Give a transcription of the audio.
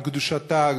על קדושתה,